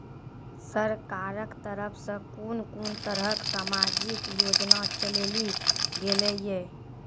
सरकारक तरफ सॅ कून कून तरहक समाजिक योजना चलेली गेलै ये?